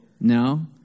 No